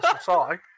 Sorry